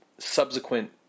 subsequent